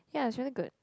ya it's very good